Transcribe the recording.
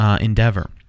endeavor